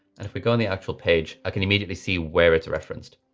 and if we go on the actual page, i can immediately see where it's referenced.